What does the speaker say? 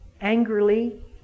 angrily